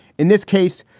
in this case,